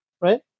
right